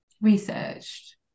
researched